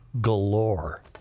galore